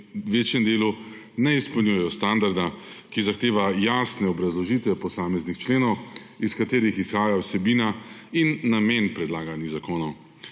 v večjem delu ne izpolnjujejo standarda, ki zahteva jasne obrazložitve posameznih členov, iz katerih izhaja vsebina in namen predlaganih zakonov.